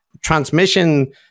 transmission